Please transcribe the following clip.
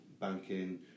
banking